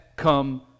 come